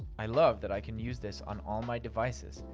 i love that i can use this on all my devices,